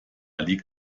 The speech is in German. liegt